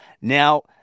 now